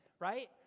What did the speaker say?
right